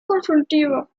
consultivo